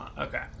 Okay